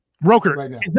Broker